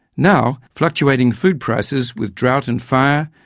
now fluctuating food prices with drought and fire,